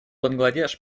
бангладеш